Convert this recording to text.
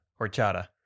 Horchata